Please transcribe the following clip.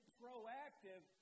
proactive